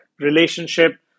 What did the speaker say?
relationship